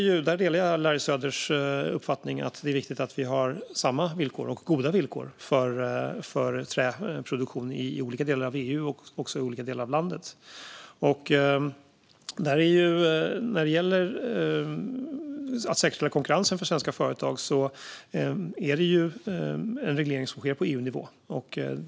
Jag delar Larry Söders uppfattning att det är viktigt att vi har samma villkor och goda villkor för träproduktion i olika delar av EU och också i olika delar av landet. När det gäller att säkerställa konkurrensen för svenska företag är det en reglering som sker på EU-nivå.